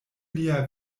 lia